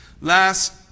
last